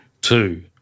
two